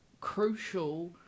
crucial